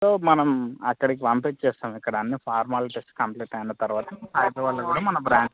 so మనం అక్కడికి పంపిస్తాం ఇక్కడ అన్నీ ఫార్మాలిటీస్ కంప్లీట్ అయిన తరవాత హైదరాబాదులో కూడా మన బ్రాంచ్